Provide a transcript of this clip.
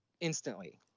instantly